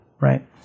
right